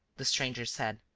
the stranger said.